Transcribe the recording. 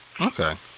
Okay